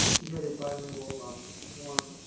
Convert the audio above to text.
we had a bilingual um form,